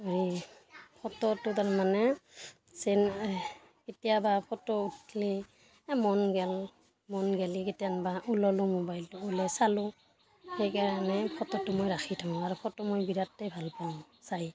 এই ফটোটো তাৰমানে কেতিয়াবা ফটো উঠলি অঁ মন গেল মন গেলি কেতিয়ানবা ওললোঁ মোবাইলটো ওলাই চালোঁ সেইকাৰণে ফটোটো মই ৰাখি থওঁ আৰু ফটো মই বিৰাটেই ভাল পাওঁ চাই